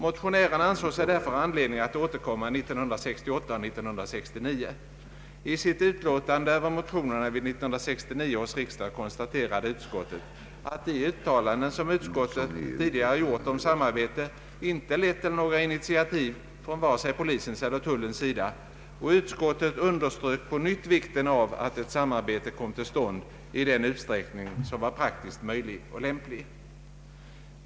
Motionärerna ansåg sig därför ha anledning att återkomma 1968 och 1969. I sitt utlåtande över motionerna till 1969 års riksdag konstaterade utskottet, att de uttalanden som utskottet tidigare gjort om samarbete inte lett till några initiativ från vare sig polisen eller tul len, och utskottet underströk på nytt vikten av att ett samarbete kommer till stånd i den utsträckning som är praktiskt möjlig och lämplig.